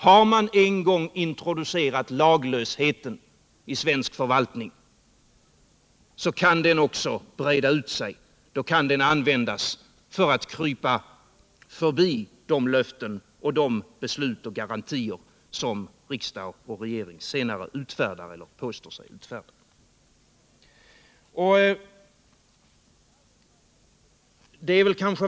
Har man en gång introducerat laglösheten i svensk förvaltning kan den också breda ut sig och användas för att krypa förbi de löften, beslut och garantier som riksdag och regering senare utfärdar eller påstår sig utfärda.